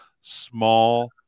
small